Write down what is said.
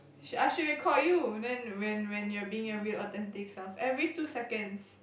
should I should've called you then when when when you're being your weird authentic self every two seconds